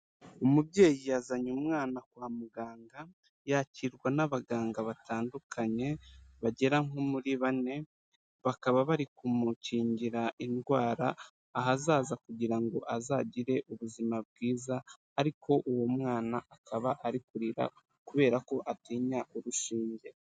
Umubyeyi yazanye umwana kwa muganga, yakirwa n'abaganga batandukanye, bagera nko muri bane, bakaba bari kumukingira indwara, ahazaza kugira ngo azagire ubuzima bwiza, ariko uwo mwana akaba ari kurira, kubera ko atinya urushinge.